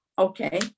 okay